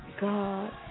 God